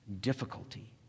difficulty